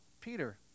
Peter